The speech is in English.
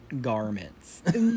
garments